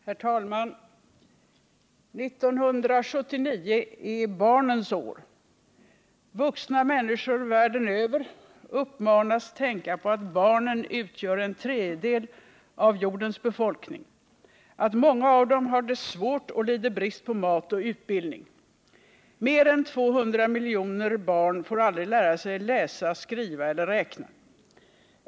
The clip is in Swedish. Herr talman! 1979 är barnens år. Vuxna människor världen över uppmanas tänka på att barnen utgör en tredjedel av jordens befolkning, att många av dem har det svårt och lider brist på mat och utbildning. Mer än 200 miljoner barn får aldrig lära sig läsa, skriva eller räkna.